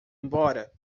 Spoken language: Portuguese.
embora